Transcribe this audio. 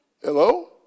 Hello